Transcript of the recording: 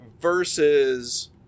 versus